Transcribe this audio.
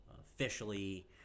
officially